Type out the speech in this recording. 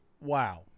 Wow